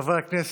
חוברת ד'